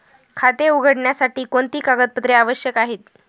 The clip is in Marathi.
खाते उघडण्यासाठी कोणती कागदपत्रे आवश्यक आहे?